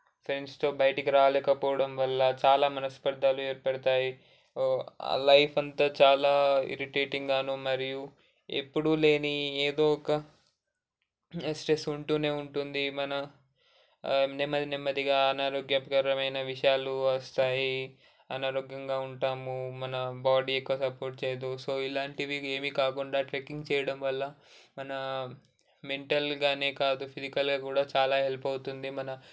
ఫ్రెండ్స్తో బయటికి రాలేకపోవడం వల్ల చాలా మనస్పర్ధలు ఏర్పడతాయి లైఫ్ అంత చాలా ఇరిటేటింగ్ గాను మరియు ఎప్పుడూ లేని ఏదో ఒక స్ట్రెస్ ఉంటూనే ఉంటుంది మన నెమ్మది నెమ్మదిగా అనారోగ్యకరమైన విషయాలు వస్తాయి అనారోగ్యంగా ఉంటాము మన బాడీ ఎక్కువ సపోర్ట్ చేయదు సో ఇలాంటివి ఏమీ కాకుండా ట్రెక్కింగ్ చేయడం వల్ల మన మెంటల్గానే కాదు ఫిజికల్గా కూడా చాలా హెల్ప్ అవుతుంది మన